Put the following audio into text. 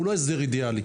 הוא לא הסדר אידיאלי,